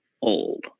old